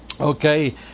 Okay